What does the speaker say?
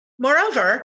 Moreover